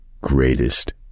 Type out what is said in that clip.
greatest